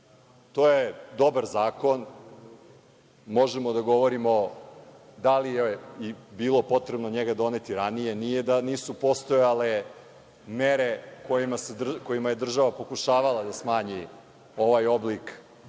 To je dobar zakon. Možemo da govorimo da li je bilo potrebno njega doneti ranije. Nije da nisu postojale mere kojima je država pokušavala da smanji ovaj oblik